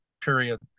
Period